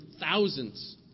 thousands